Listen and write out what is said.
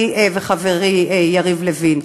אני וחברי יריב לוין.